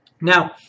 Now